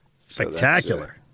Spectacular